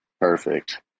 Perfect